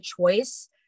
choice